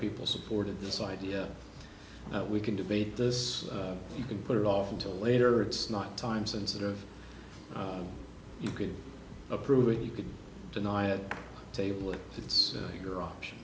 people supported this idea that we can debate this you can put it off until later it's not time sensitive you could approve it you could deny it table it it's your option